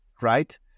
Right